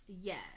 yes